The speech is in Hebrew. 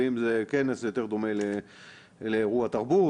ואם זה כנס זה יותר דומה לאירוע תרבות,